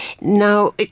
Now